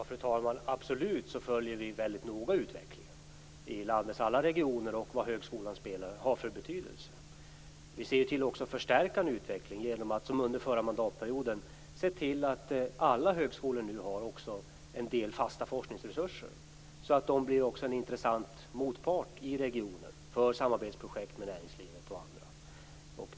Fru talman! Vi följer utvecklingen mycket noga i landets alla regioner och ser vilken betydelse högskolan har. Vi ser också till att förstärka utvecklingen genom att, som under den förra mandatperioden, se till att alla högskolor nu också har en del fasta forskningsresurser, så att de också blir en intressant motpart i regionen för samarbetsprojekt med näringslivet och andra.